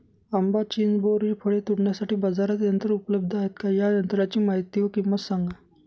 आंबा, चिंच, बोर हि फळे तोडण्यासाठी बाजारात यंत्र उपलब्ध आहेत का? या यंत्रांची माहिती व किंमत सांगा?